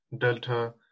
Delta